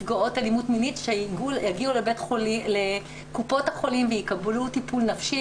נפגעות מינית שיגיעו לקופות החולים ויקבלו טיפול נפשי,